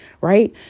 right